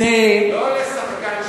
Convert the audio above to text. לא לשחקן של,